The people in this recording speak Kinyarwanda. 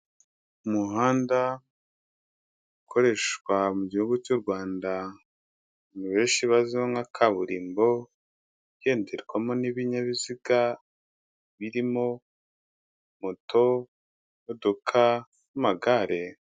Umuhanda ukoreshwa mu gihugu cy'u Rwanda, abenshi baziho nka kaburimbo ugenderwamo n'ibinyabiziga birimo moto, imodoka n'amagare.